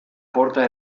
porta